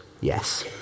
yes